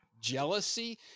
jealousy